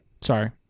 Sorry